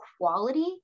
quality